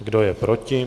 Kdo je proti?